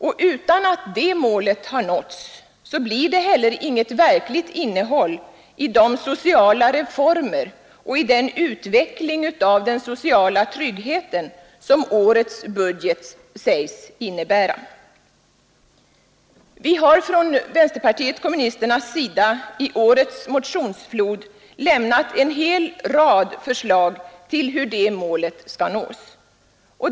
Och utan att det målet nåtts blir det heller inget verkligt innehåll i de sociala reformer och i den utveckling av den sociala tryggheten som årets budget sägs innebära. Vi har från vänsterpartiet kommunisternas sida i årets motionsflod lämnat en rad förslag om hur det målet skall nås.